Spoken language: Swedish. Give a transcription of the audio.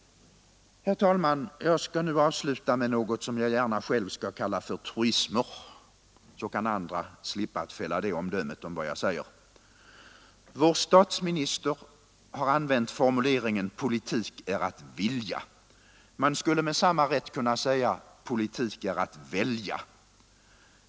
Herr talman! Jag skall avsluta med något som jag gärna själv kan kalla för truismer — så slipper andra fälla det omdömet om vad jag säger. Vår statsminister har använt formuleringen: Politik är att vilja. Man skulle med samma rätt kunna säga: Politik är att välja.